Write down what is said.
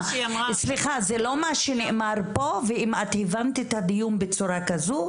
זה לא מה שנאמר פה ואם את הבנת את הדיון בצורה כזו,